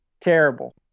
terrible